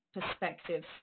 perspective